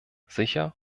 sicher